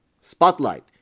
Spotlight